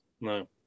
no